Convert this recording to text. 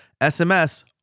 SMS